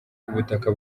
ubutaka